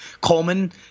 Coleman